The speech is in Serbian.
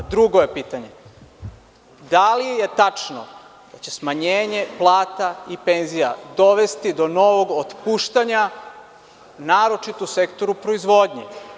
Drugo pitanje - da li je tačno da će smanjenje plata i penzija dovesti do novog otpuštanja, naročito u sektoru proizvodnje?